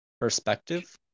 Perspective